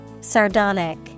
Sardonic